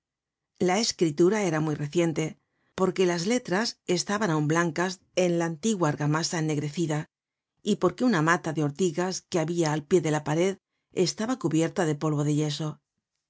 la escritura era muy reciente porque las letras estaban aun blancas en la antigua argamasa ennegrecida y porque una mata de ortigas que habia al pie de la pared estaba cubierta de polvo de yeso